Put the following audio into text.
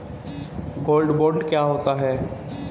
Gold bond क्या होता है?